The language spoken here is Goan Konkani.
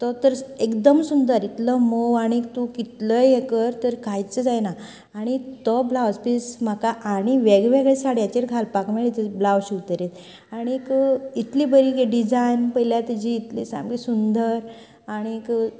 तो तर एकदम सुंदर इतलो मोव आनीक तूं कितलेंय हे कर तर कांयच जायना आनी तो ब्लावज पीस म्हाका आनी वेगवेगळ्या साडयाचेर घालपाक मेळ्ळो ब्लावज शिवतकीर आनीक इतली बरी डिझायन पळयल्यार सामको इतली सामकी सुंदर आनीक